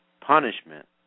punishment